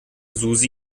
susi